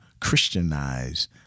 Christianize